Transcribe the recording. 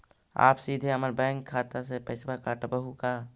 आप सीधे हमर बैंक खाता से पैसवा काटवहु का?